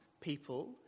people